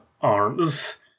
arms